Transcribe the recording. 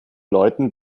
leuten